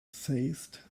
seized